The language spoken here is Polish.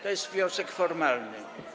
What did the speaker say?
To jest wniosek formalny.